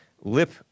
lip